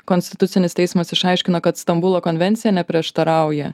konstitucinis teismas išaiškino kad stambulo konvencija neprieštarauja